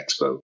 Expo